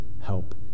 help